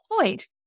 point